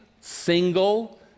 single